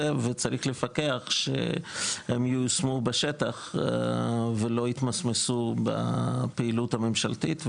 וצריך לפקח שהם ייושמו בשטח ולא יתמסמסו בפעילות הממשלתית,